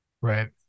Right